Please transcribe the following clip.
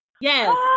Yes